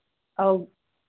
और